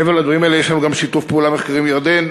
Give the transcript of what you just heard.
מעבר לדברים האלה יש לנו גם שיתוף פעולה מחקרי עם ירדן,